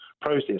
process